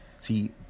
See